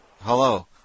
Hello